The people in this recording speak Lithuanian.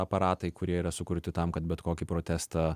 aparatai kurie yra sukurti tam kad bet kokį protestą